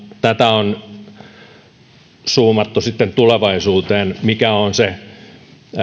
tätä on zoomattu sitten tulevaisuuteen mikä on se